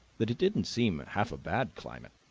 that it didn't seem half a bad climate.